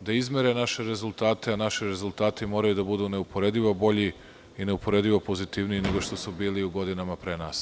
da izmere naše rezultate, a naši rezultati moraju da budu neuporedivo bolji i neuporedivo pozitivniji nego što su bili u godinama pre nas.